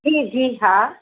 जी जी हा